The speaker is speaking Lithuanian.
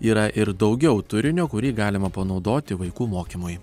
yra ir daugiau turinio kurį galima panaudoti vaikų mokymui